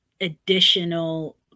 additional